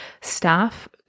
staff